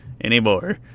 anymore